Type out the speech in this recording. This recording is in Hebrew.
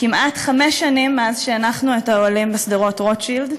כמעט חמש שנים מאז שהנחנו את האוהלים בשדרות רוטשילד,